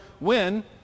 win